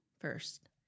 first